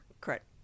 correct